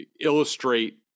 illustrate